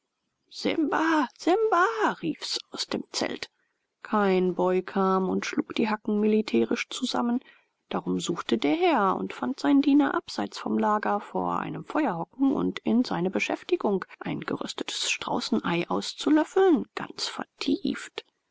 simba simba rief's aus dem zelt kein boy kam und schlug die hacken militärisch zusammen darum suchte der herr und fand seinen diener abseits vom lager vor einem feuer hocken und in seine beschäftigung ein geröstetes straußenei auszulöffeln ganz vertieft